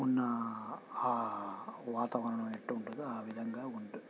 ఉన్న ఆ వాతావరణం ఎట్టుంటుందో ఆ విధంగా ఉంటుంది